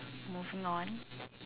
moving on